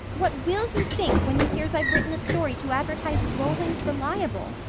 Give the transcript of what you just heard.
what will he think when he hears i've written a story to advertise rollings reliable?